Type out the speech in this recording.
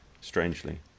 strangely